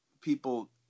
people